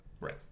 Right